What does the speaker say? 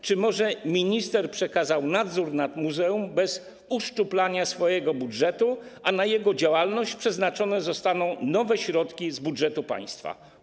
Czy może minister przekazał nadzór nad muzeum bez uszczuplania swojego budżetu, a na jego działalność przeznaczone zostaną nowe środki z budżetu państwa?